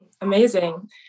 Amazing